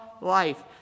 life